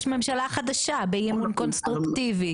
יש ממשלה חדשה באי אמון קונסטרוקטיבי,